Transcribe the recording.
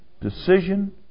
decision